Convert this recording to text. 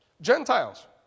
Gentiles